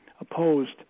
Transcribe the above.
opposed